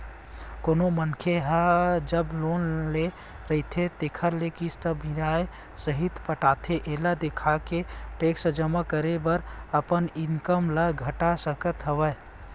कोनो मनखे ह जब लोन ले रहिथे तेखर किस्ती ल बियाज सहित पटाथे एला देखाके टेक्स जमा करे बर अपन इनकम ल घटा सकत हवय